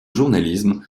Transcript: journalisme